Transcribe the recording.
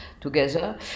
together